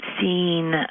seen